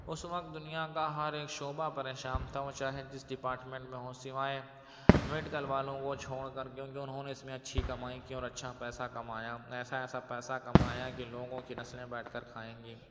اس وقت دنیا کا ہر اک شعبہ پریشان تھا وہ چاہے جس ڈپارٹمنٹ میں ہو سوائے میڈکل والوں کو چھوڑ کر کے کیوں کہ انہوں نے اس میں اچھی کمائی کی اور اچھا پیسہ کمایا ایسا ایسا پیسہ کمایا کہ لوگوں کی نسلیں بیٹھ کر کھائیں گی